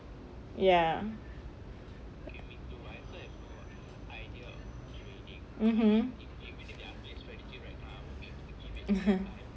ya mmhmm mm ha